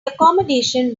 accommodation